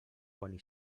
quan